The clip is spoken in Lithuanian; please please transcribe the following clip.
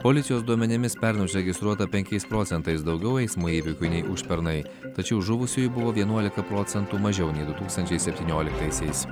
policijos duomenimis pernai užregistruota penkiais procentais daugiau eismo įvykių nei užpernai tačiau žuvusiųjų buvo vienuolika procentų mažiau nei du tūkstančiai septynioliktaisiais